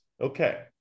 Okay